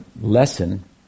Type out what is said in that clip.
lesson